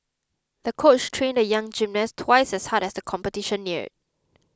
the coach trained the young gymnast twice as hard as the competition neared